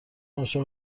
عاشق